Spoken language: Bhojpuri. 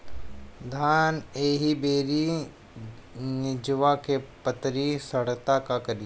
धान एही बेरा निचवा के पतयी सड़ता का करी?